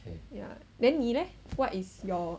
ya then 你 leh what is your